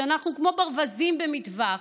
שאנחנו כמו ברווזים במטווח,